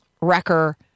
wrecker